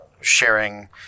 sharing